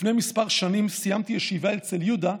לפני כמה שנים סיימתי ישיבה אצל יהודה,